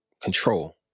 control